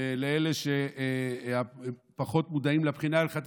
ולאלה שפחות מודעים לבחינה ההלכתית,